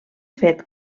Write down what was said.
fet